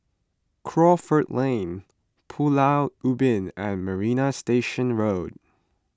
Crawford Lane Pulau Ubin and Marina Station Road